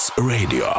Radio